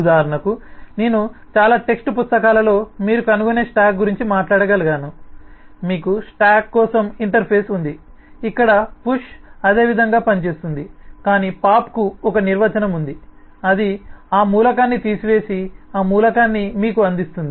ఉదాహరణకు నేను చాలా టెక్స్ట్ పుస్తకాలలో మీరు కనుగొనే స్టాక్ గురించి మాట్లాడగలను మీకు స్టాక్ కోసం ఇంటర్ఫేస్ ఉంది ఇక్కడ పుష్ అదే విధంగా పనిచేస్తుంది కానీ పాప్కు ఒక నిర్వచనం ఉంది అది ఆ మూలకాన్ని తీసివేసి ఆ మూలకాన్ని మీకు అందిస్తుంది